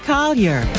Collier